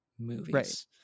movies